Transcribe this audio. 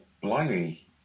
blindly